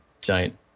giant